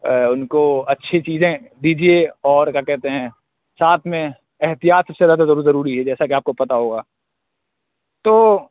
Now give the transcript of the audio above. اُن کو اچھی چیزیں دیجیے اور کیا کہتے ہیں ساتھ میں احتیاط سے رہنا زیادہ ضروری ہے جیسا کہ آپ کو پتہ ہوگا تو